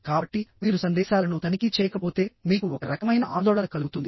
కాబట్టి మీరు సందేశాలను తనిఖీ చేయకపోతే మీకు ఒక రకమైన ఆందోళన కలుగుతుంది